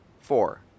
Four